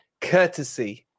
courtesy